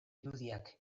irudiak